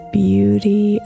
beauty